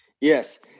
Yes